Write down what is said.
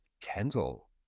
kendall